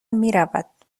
میرود